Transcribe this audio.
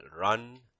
run